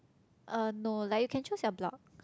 uh no like you can choose your block